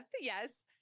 yes